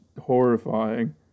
horrifying